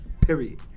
Period